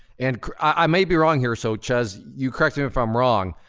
and i might be wrong here, so chezz, you correct me if i'm wrong.